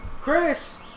Chris